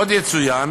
עוד יצוין